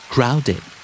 Crowded